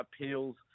appeals